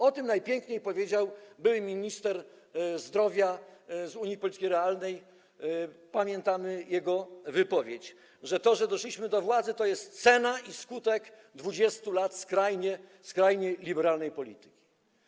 O tym najpiękniej powiedział były minister zdrowia z Unii Polityki Realnej - pamiętamy jego wypowiedź - że to, iż doszliśmy do władzy, to jest cena i skutek 20 lat skrajnie liberalnej polityki.